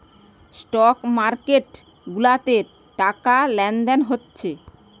stock market গুলাতে টাকা লেনদেন হচ্ছে